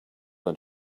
than